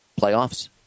playoffs